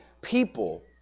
people